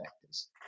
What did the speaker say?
factors